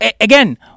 again